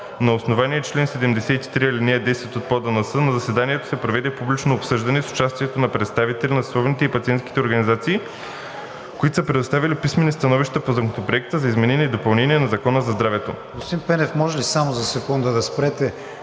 На основание чл. 73, ал. 10 от ПОДНС на заседанието се проведе публично обсъждане с участието на представители на съсловните и пациентските организации, които са предоставили писмени становища по Законопроекта за изменение и допълнение на Закона за здравето.